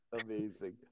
Amazing